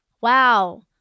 wow